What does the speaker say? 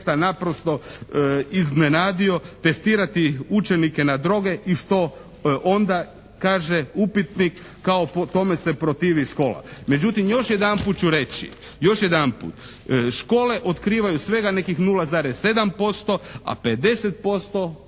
naprosto iznenadio "Testirati učenike na droge" i što onda kaže upitnik, kao tome se protivi škola. Međutim još jedanput ću reći, još jedanput. Škole otkrivaju svega nekih 0,7%, a 50%